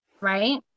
right